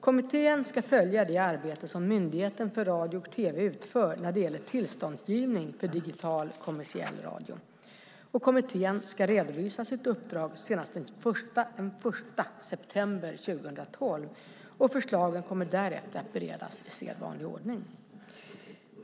Kommittén ska följa det arbete som Myndigheten för radio och tv utför när det gäller tillståndsgivning för digital kommersiell radio. Kommittén ska redovisa sitt uppdrag senast den 1 september 2012, och förslagen kommer därefter att beredas i sedvanlig ordning.